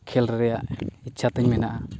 ᱠᱷᱮᱹᱞ ᱨᱮᱭᱟᱜ ᱤᱪᱪᱷᱟᱛᱤᱧ ᱢᱮᱱᱟᱜᱼᱟ